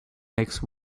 next